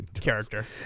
character